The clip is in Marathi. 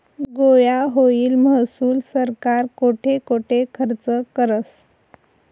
गोया व्हयेल महसूल सरकार कोठे कोठे खरचं करस?